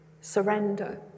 surrender